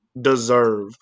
deserve